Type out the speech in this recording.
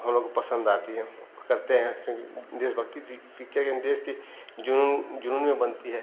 हम लोग को पसंद आती हैं करते हैं क्योंकि देशभक्ति पिच्चरें देश के जुनून जुनून में बनती है